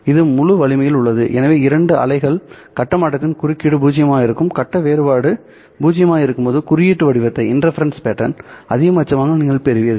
இது முழு வலிமையில் உள்ளது எனவே இரண்டு அலைகளின் கட்ட மாற்றத்தின் குறுக்கீடு பூஜ்ஜியமாக இருக்கும் கட்ட வேறுபாடு பூஜ்ஜியமாக இருக்கும்போது குறுக்கீடு வடிவத்தை அதிகபட்சமாக நீங்கள் பெறுவீர்கள்